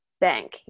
Bank